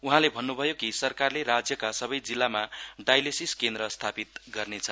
उहाँले भन्नुभयो कि सरकारले राज्यका सबै जिल्लामा डाईलेसिस केन्द्र स्थापित गर्नेछ